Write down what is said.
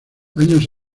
años